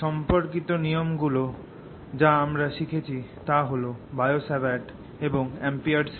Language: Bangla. সম্পর্কিত নিয়ম গুলো যা আমরা শিখেছি তা হল বায়ো সাভার্ট এবং অ্যাম্পিয়ারস ল